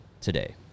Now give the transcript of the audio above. today